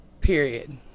period